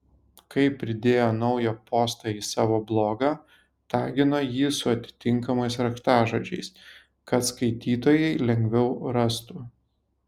kai pridėjo naują postą į savo blogą tagino jį su atitinkamais raktažodžiais kad skaitytojai lengviau rastų